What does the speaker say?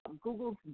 Google